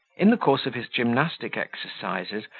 in the course of his gymnastic exercises,